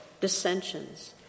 dissensions